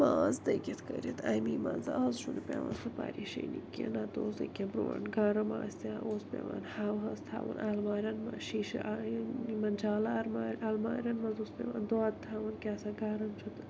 ماز دٔگِتھ کٔرِتھ اَمے مَنٛزٕ اَز چھُ نہٕ پٮ۪وان سُہ پریشٲنی کیٚنٛہہ نَتہٕ اوس أکیٛاہ برٛونٛٹھ گرم آسہ ہا اوس پٮ۪وان ہَوہَس تھاوُن اَلمارٮ۪ن مَنٛز شیٖشہِ یمن جالار مار اَلمارٮ۪ن مَنٛز اوس پٮ۪وان دۄد تھاوُن کیٛاہ سا گرم چھُ تہٕ